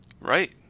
Right